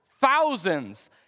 thousands